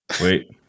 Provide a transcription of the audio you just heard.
Wait